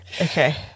Okay